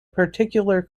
particular